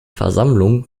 versammlung